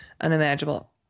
unimaginable